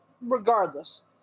regardless